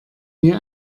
mir